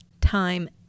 time